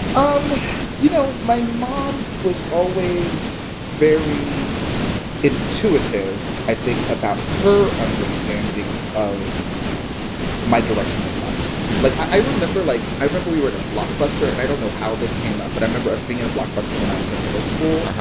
um you know, my mom was always very intuitive, i think, about her understanding of my direction in life. but i remember like, i remember we were at a blockbuster and i don't know how this came up. but i remember us being in a blockbuster when i was in middle school,